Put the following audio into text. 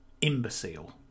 imbecile